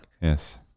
yes